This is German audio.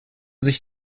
sich